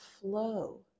flow